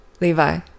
levi